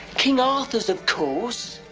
king arthur's, of course.